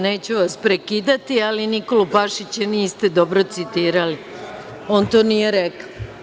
Neću vas prekidati, ali Nikolu Pašića niste dobro citirali, on to nije rekao.